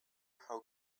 how